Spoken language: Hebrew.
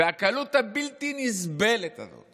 והקלות הבלתי-נסבלת הזאת